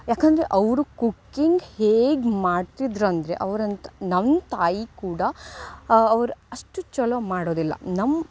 ಯಾಕೆಂದರೆ ಅವರು ಕುಕಿಂಗ್ ಹೇಗೆ ಮಾಡ್ತಿದ್ರು ಅಂದರೆ ಅವ್ರಂತ ನಮ್ಮ ತಾಯಿ ಕೂಡ ಅವ್ರು ಅಷ್ಟು ಚಲೋ ಮಾಡೋದಿಲ್ಲ ನಮ್ಮ